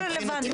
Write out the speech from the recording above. כן רלוונטי.